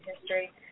history